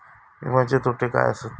विमाचे तोटे काय आसत?